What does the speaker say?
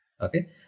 okay